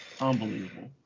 Unbelievable